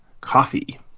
Coffee